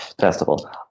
festival